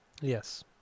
Yes